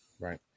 Right